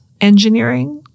Engineering